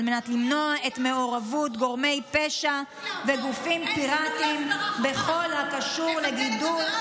על מנת למנוע את מעורבות גורמי פשע וגופים פיראטיים בכל הקשור לגידול,